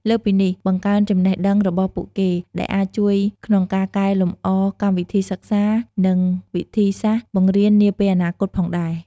លើសពីនេះ បង្កើនចំណេះដឹងរបស់ពួកគេ ដែលអាចជួយក្នុងការកែលម្អកម្មវិធីសិក្សា និងវិធីសាស្រ្តបង្រៀននាពេលអនាគតផងដែរ។